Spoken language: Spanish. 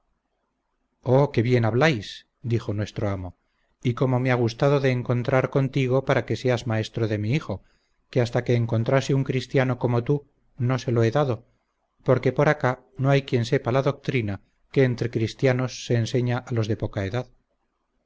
oh qué bien habláis dijo nuestro amo y cómo he gustado de encontrar contigo para que seas maestro de mi hijo que hasta que encontrase un cristiano como tú no se lo he dado porque por acá no hay quien sepa la doctrina que entre cristianos se enseña a los de poca edad